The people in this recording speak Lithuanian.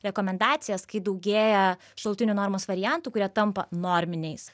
rekomendacijas kai daugėja šalutinių normos variantų kurie tampa norminiais